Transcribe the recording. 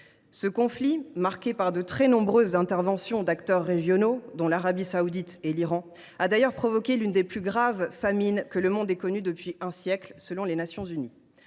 Ce conflit, marqué par de très nombreuses interventions d’acteurs régionaux, dont l’Arabie saoudite et l’Iran, a provoqué l’une des plus graves famines que le monde ait connues depuis un siècle, selon les Nations unies.